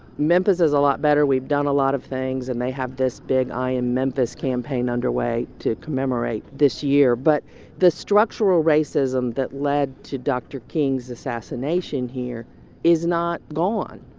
memphis is a lot better. we've done a lot of things. and they have this big i am memphis campaign underway to commemorate this year. but the structural racism that led to dr. king's assassination here is not gone.